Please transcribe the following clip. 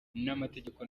n’amategeko